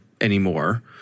anymore